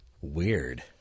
Weird